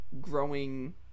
growing